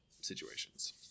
situations